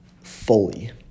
fully